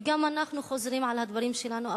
וגם אנחנו חוזרים על הדברים שלנו,